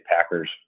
Packers